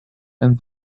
and